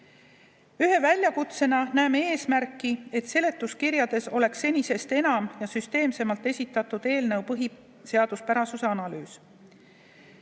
väljakutsena näeme eesmärki, et seletuskirjades oleks senisest enam ja süsteemsemalt esitatud eelnõu põhiseaduspärasuse analüüs.